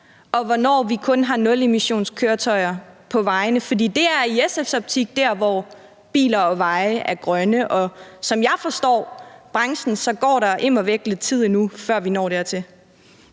og hvornår vi kun har nulemissionskøretøjer på vejene? For det er i SF's optik der, hvor biler og veje er grønne, og som jeg forstår branchen, går der immer væk lidt tid endnu, før vi når dertil.